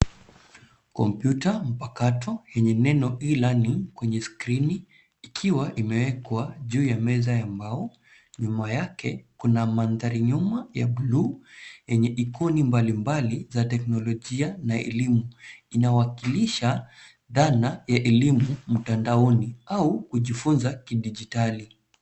Kompyuta mpakato yenye neno e-learning kwenye skrini. Ikiwa imewekwa juu ya meza ya mbao. Nyuma yake kuna mandhari nyuma ya bluu yenye ikoni mbalimbali za teknolojia na elimu. Inawakilisha dhana ya elimu mtandaoni au kujifunza kidijitali.